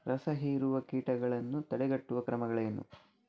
ರಸಹೀರುವ ಕೀಟಗಳನ್ನು ತಡೆಗಟ್ಟುವ ಕ್ರಮಗಳೇನು?